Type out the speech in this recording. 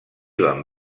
van